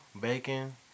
bacon